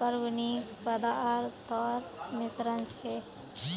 कार्बनिक पदार्थोंर मिश्रण छे